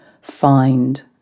find